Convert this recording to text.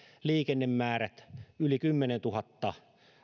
liikennemäärät yli kymmenentuhatta